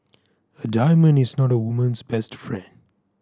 a diamond is not a woman's best friend